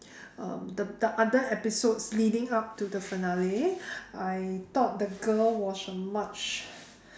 um the the other episodes leading up to the finale I thought the girl was a much